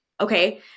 okay